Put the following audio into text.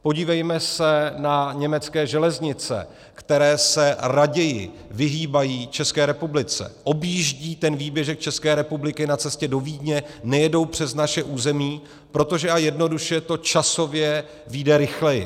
Podívejme se na německé železnice, které se raději vyhýbají České republice, objíždí ten výběžek České republiky na cestě do Vídně, nejedou přes naše území, protože a jednoduše to časově vyjde rychleji.